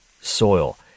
soil